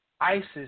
Isis